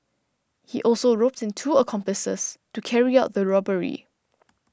he also roped in two accomplices to carry out the robbery